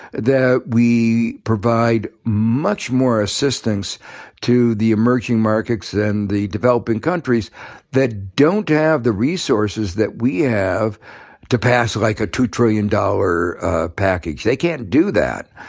that we provide much more assistance to the emerging markets and the developing countries that don't have the resources that we have to pass a like ah two dollars trillion dollar package. they can't do that.